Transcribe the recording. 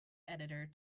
editor